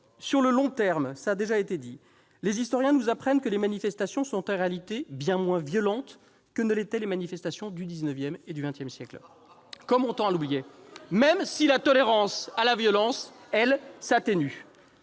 Sur le long terme, comme cela a déjà été dit, les historiens nous apprennent que les manifestations sont en réalité bien moins violentes que ne l'étaient les manifestations des XIX et XX siècles, comme on tend à l'oublier. Mais la tolérance à la violence, elle, s'atténue.